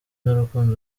n’urukundo